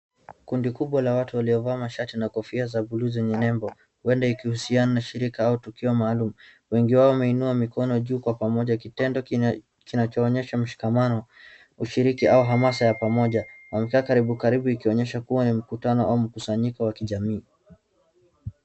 Kundi kubwa la watu waliovaa mashati na kofia za buluu zenye nembo, huenda ikihusiana na shirika au tukio maalamu. Wengi wao wameinua mikono juu kwa pamoja, kitendo kinachonyesha mshikamano ,ushiriki au hamasa ya pamoja. Wamekaa karibu karibu ikionyesha kuwa ni mkutano au mkusanyiko wa kijamii.